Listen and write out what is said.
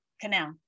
canal